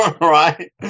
right